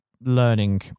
learning